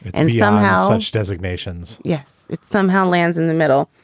and somehow such designations, yes, it somehow lands in the middle.